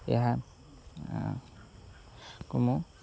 ଏହା କ ମୁୁ